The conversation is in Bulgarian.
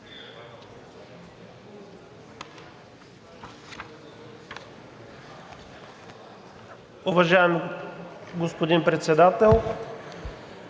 Уважаеми господин Председател,